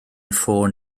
ffôn